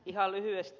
ihan lyhyesti